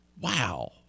Wow